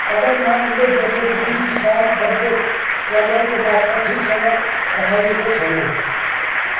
अर्डरमा उल्लेख गरिएको बी विशाल बर्थडे क्यान्डलको मात्रा ठिकसँग पठाइएको छैन